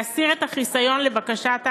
להסיר את החיסיון לבקשת ההגנה,